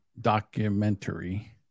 documentary